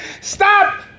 Stop